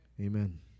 Amen